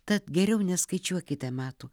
tad geriau neskaičiuokite metų